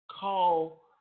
Call